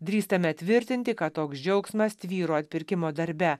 drįstame tvirtinti kad toks džiaugsmas tvyro atpirkimo darbe